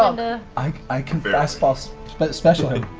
ah and i i can fastball so but special him.